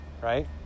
right